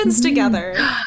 together